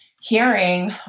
hearing